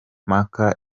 mpaka